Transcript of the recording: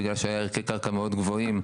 בגלל שהיה ערכי קרקע מאוד גבוהים,